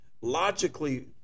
logically